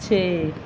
ਛੇ